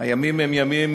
הימים הם ימים